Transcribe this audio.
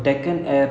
okay